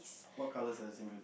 what colors are the